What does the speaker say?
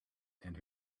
and